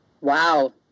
Wow